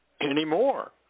anymore